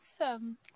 awesome